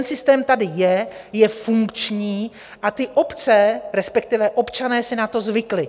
Systém tady je, je funkční a ty obce, respektive občané, si na to zvykli.